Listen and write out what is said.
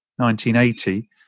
1980